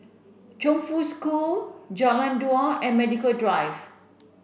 Chongfu School Jalan Dua and Medical Drive